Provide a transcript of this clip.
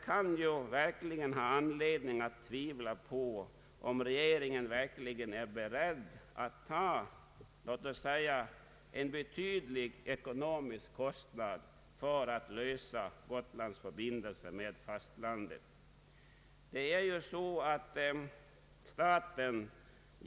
Man kan ha anledning att tvivla på om regeringen verkligen är beredd att ta, låt oss säga, en betydlig ekonomisk kostnad för att ordna Gotlands förbindelser med fastlandet.